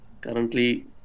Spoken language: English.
Currently